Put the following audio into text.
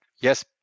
Yes